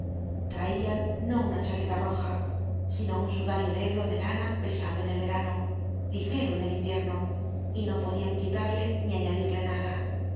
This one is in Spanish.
traian no una chaqueta roja sino un sudario negro de lana pesado en el verano ligero en el invierno y no podian quitarle ni añadirle nada